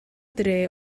dre